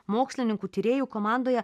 mokslininkų tyrėjų komandoje